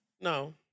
No